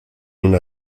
una